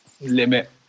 limit